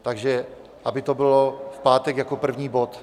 Takže aby to bylo v pátek jako první bod.